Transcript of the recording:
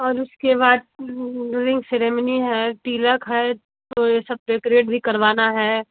और उसके बाद रिन्ग सेरिमनी है तिलक है तो यह सब डेकोरेट भी करवाना है